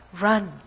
run